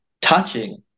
touching